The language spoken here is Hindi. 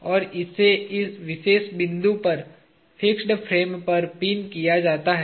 और इसे इस विशेष बिंदु पर फिक्स फ्रेम पर पिन किया जाता है